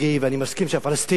ואני מסכים שהפלסטינים,